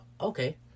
Okay